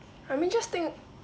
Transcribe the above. I mean just think